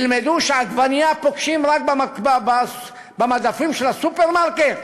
הם ילמדו שעגבנייה פוגשים רק במדפים של הסופרמרקט?